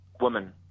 woman